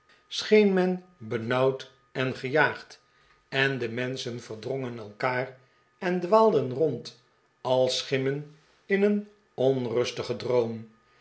men benauwd en gejaagd en de menschen verdrongen elkaar en dwaalden rond als schimmen in een onrustigen droom